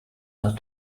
are